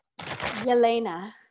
Yelena